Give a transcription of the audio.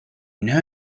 know